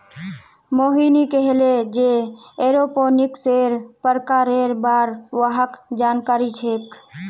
मोहिनी कहले जे एरोपोनिक्सेर प्रकारेर बार वहाक जानकारी छेक